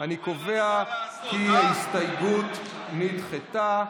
אני קובע כי ההסתייגות נדחתה.